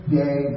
day